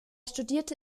studierte